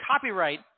copyright